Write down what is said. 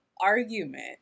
argument